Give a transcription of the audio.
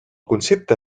concepte